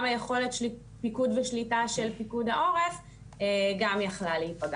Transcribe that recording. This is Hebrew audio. היכולת פיקוד ושליטה של פיקוד העורף גם יכלה להיפגע.